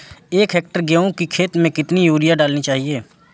एक हेक्टेयर गेहूँ की खेत में कितनी यूरिया डालनी चाहिए?